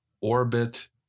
orbit